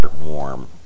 warm